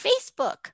Facebook